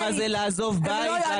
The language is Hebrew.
את לא יודעת מה זה לעזוב בית, לעלות לארץ.